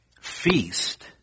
feast